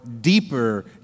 deeper